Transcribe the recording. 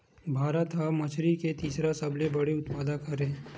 भारत हा मछरी के तीसरा सबले बड़े उत्पादक हरे